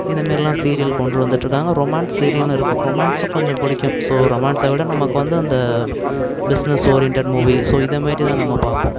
இதே மேரிலாம் சீரியல் கொண்டு வந்துட்டுருக்காங்க ரொமான்ஸ் சீரியல்லையும் இருக்கும் ரொமான்ஸும் கொஞ்சம் பிடிக்கும் ஸோ ரொமான்ஸை விட நமக்கு வந்து அந்த பிஸ்னஸ் ஓரியண்டட் மூவி ஸோ இத மேரி தான் நம்ம பார்ப்போம்